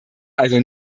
also